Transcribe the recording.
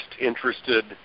interested